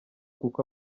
kuko